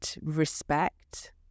respect